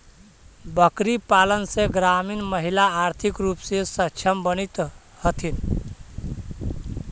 बकरीपालन से ग्रामीण महिला आर्थिक रूप से सक्षम बनित हथीन